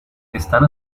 están